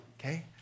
Okay